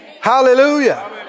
Hallelujah